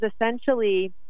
essentially